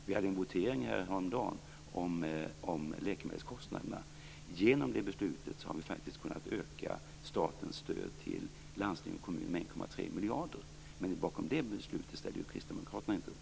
Vi hade häromdagen en votering om läkemedelskostnaderna, och genom det beslutet har vi kunnat öka statens stöd till landsting och kommuner med 1,3 miljarder. Bakom det beslutet ställde inte kristdemokraterna upp.